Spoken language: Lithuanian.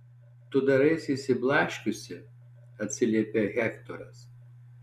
tu daraisi išsiblaškiusi atsiliepia hektoras